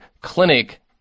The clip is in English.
clinic